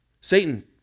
Satan